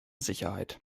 sicherheit